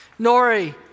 Nori